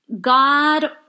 God